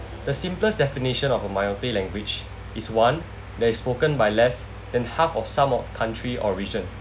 the simplest definition of a minority language is one that is spoken by less than half of some of the country or region